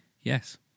yes